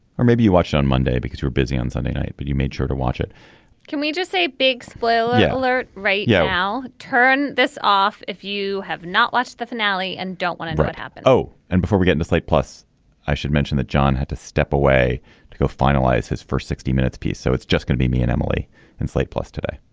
or maybe you watched on monday because you are busy on sunday night but you made sure to watch it can we just say big spoiler yeah alert right. yeah i'll turn this off if you have not watched the finale and don't want to happen oh and before we get to play plus i should mention that jon had to step away to go finalize his for sixty minutes piece. so it's just gonna be me and emily and slate plus today.